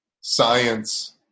science